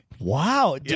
Wow